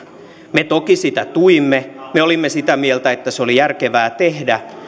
me toki sitä tuimme me olimme sitä mieltä että se oli järkevää tehdä